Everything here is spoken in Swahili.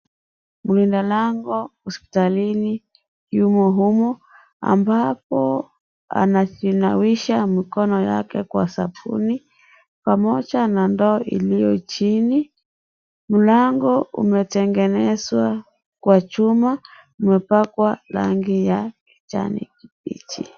Mlindalango hospitalini yumo humo ambapo anajinawisha mikono yake kwa sabuni pamoja na ndoo iliyo chini . Mlango umetengenezwa kwa chuma umepakwa rangi ya kijani kibichi.